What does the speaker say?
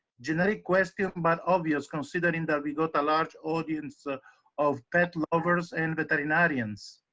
generic question, but obvious considering that we got a large audience ah of pet lovers and veterinarians?